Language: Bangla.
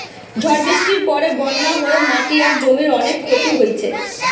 ঝড় বৃষ্টির পরে বন্যা হয়ে মাটি আর জমির অনেক ক্ষতি হইছে